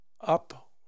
up